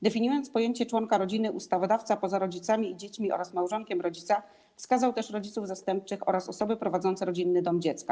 Definiując pojęcie członka rodziny, ustawodawca poza rodzicami i dziećmi oraz małżonkiem rodzica wskazał też rodziców zastępczych oraz osoby prowadzące rodzinny dom dziecka.